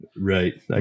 right